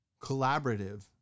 collaborative